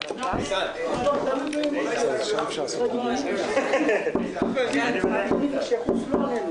בין השעות שתיים עשרה וחצי בלילה לשש בבוקר.